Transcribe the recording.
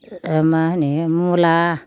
मा होनो मुला